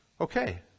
okay